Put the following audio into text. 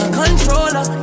controller